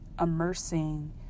immersing